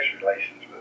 relations